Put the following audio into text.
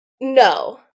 No